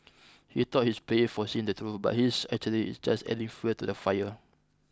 he thought he's brave for saying the truth but he's actually is just adding fuel to the fire